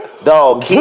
Dog